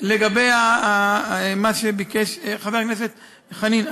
לגבי מה שביקש חבר הכנסת חנין,